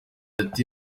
ati